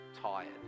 tired